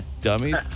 Dummies